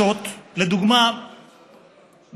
אני חושב שעברנו את שלב האבחון ואפשר כבר להכריז על מחלה,